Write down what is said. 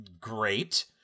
great